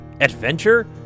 adventure